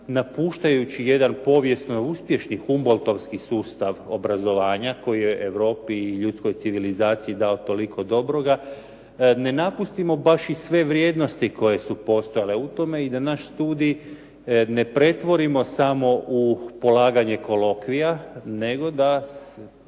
napuštajući jedan povijesno-uspješni Humboltovski sustav obrazovanja koji je Europi i ljudskoj civilizaciji dao toliko dobroga ne napustimo baš i sve vrijednosti koje su postojale u tome i da naš studij ne pretvorimo samo u polaganje kolokvija, nego da